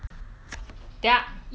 ya 等一下